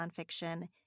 nonfiction